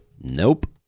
Nope